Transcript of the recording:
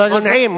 לא מונעים.